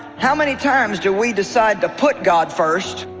how many times do we decide to put god first